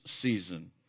season